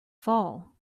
fall